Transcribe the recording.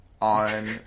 on